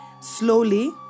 Slowly